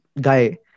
guy